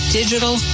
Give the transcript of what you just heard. digital